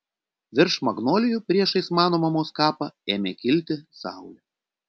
virš magnolijų priešais mano mamos kapą ėmė kilti saulė